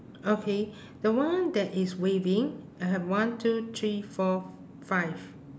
okay the one that is waving I have one two three four five